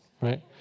right